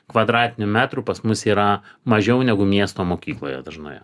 kvadratinių metrų pas mus yra mažiau negu miesto mokykloje dažnoje